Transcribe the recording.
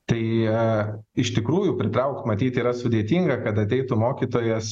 tai iš tikrųjų pritraukt matyt yra sudėtinga kad ateitų mokytojas